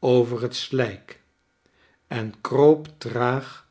over het slijk en kroop traag